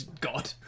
God